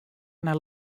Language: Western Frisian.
nei